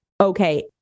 okay